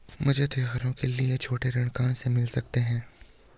मुझे त्योहारों के लिए छोटे ऋण कहाँ से मिल सकते हैं?